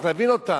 צריך להבין אותם,